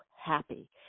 happy